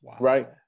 right